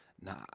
nah